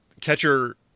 Catcher